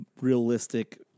realistic